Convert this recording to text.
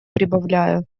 прибавляю